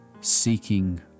Seeking